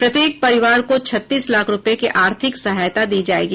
प्रत्येक परिवार को छत्तीस लाख रुपये की आर्थिक सहायता दी जायेगी